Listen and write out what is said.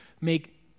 make